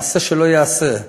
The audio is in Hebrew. מעשה שלא ייעשה,